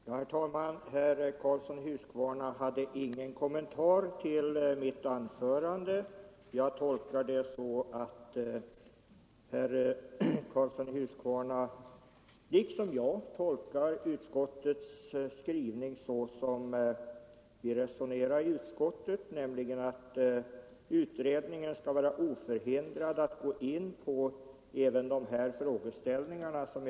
Herr talman! Herr Karlsson i Huskvarna hade ingen kommentar att göra till mitt anförande. Jag tolkar det så att herr Karlsson och jag är ense om att utskottets skrivning skall tolkas så som vi angav vid resonemangen i utskottet, nämligen att utredningen är oförhindrad att gå in på de frågeställningar jag berörde.